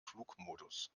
flugmodus